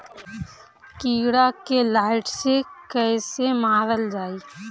कीड़ा के लाइट से कैसे मारल जाई?